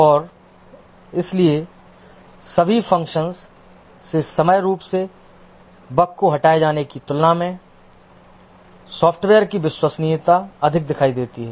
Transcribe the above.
और इसलिए सभी फ़ंक्शंस से समान रूप से बग्स को हटाए जाने की तुलना में सॉफ़्टवेयर की विश्वसनीयता अधिक दिखाई देती है